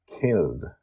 killed